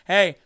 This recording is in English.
Hey